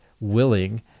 willing